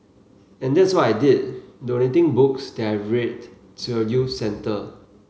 and that's what I did donating books that I've read to a youth centre